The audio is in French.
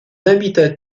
habitat